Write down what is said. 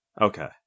Okay